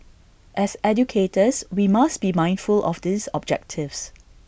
as educators we must be mindful of these objectives